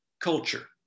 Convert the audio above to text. culture